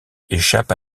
échappe